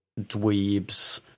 dweebs –